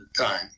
time